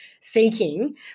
seeking